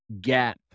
gap